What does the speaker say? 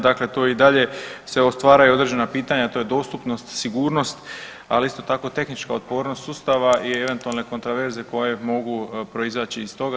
Dakle, to i dalje se stvaraju određena pitanja, to je dostupnost, sigurnost, ali isto tako i tehnička otpornost sustava i eventualne kontraverze koje mogu proizaći iz toga.